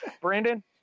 Brandon